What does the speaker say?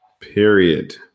Period